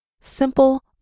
simple